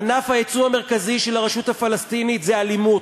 ענף היצוא המרכזי של הרשות הפלסטינית זה אלימות,